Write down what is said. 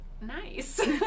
nice